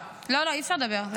לא, לא, אי-אפשר לדבר.